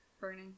burning